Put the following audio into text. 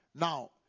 Now